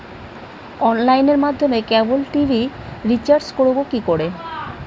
অনলাইনের মাধ্যমে cable TV recharge করব কি করে?